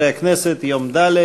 חברי הכנסת, יום ד'